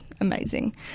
amazing